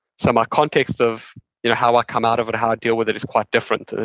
so, my context of you know how i come out of it, how i deal with it is quite different.